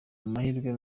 amahirwe